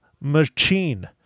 Machine